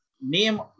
name